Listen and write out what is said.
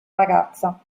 ragazza